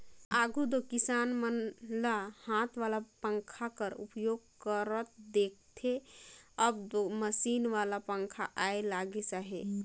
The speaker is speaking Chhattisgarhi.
आघु दो किसान मन ल हाथ वाला पंखा कर उपयोग करत देखथे, अब दो मसीन वाला पखा आए लगिस अहे